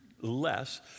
less